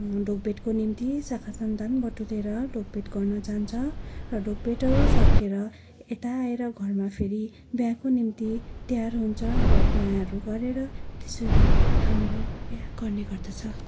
ढोगभेटको निम्ति शाखासन्तान बटुलेर ढोगभेट गर्न जान्छ र ढोगभेटहरू सकेर यता आएर घरमा फेरि बिहाको निम्ति तयार हुन्छ र बिहाहरू गरेर त्यसरी हाम्रो बिहा गर्ने गर्दछ